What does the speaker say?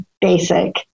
basic